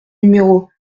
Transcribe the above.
numéros